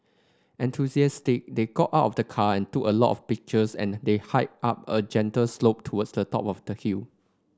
enthusiastic they got out of the car and took a lot of pictures and they hiked up a gentle slope towards the top of the hill